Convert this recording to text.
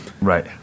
Right